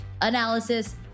analysis